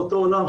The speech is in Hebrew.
באותו עולם,